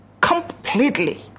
completely